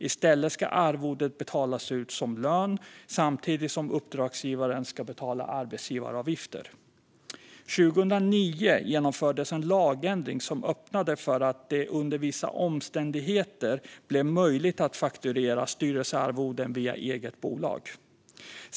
I stället ska arvodet betalas ut som lön, samtidigt som uppdragsgivaren ska betala arbetsgivaravgifter. År 2009 genomfördes en lagändring som öppnade för att under vissa omständigheter fakturera styrelsearvoden via eget bolag.